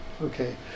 okay